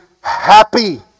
happy